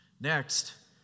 Next